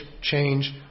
change